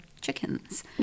chickens